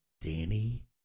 Danny